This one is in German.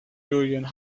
julian